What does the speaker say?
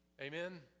Amen